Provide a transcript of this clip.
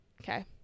Okay